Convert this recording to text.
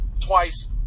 twice